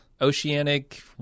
Oceanic